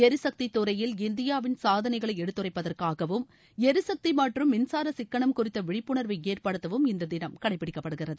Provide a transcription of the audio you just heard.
எரிசக்தி துறையில் இந்தியாவின் சாதனைகளை எடுத்துரைப்பதற்காகவும் எரிசக்தி மற்றும் மின்சார சிக்கனம் குறித்த விழிப்புணர்வை ஏற்படுத்தவும் இந்த தினம் கடைப்பிடிக்கப்படுகிறது